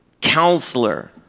Counselor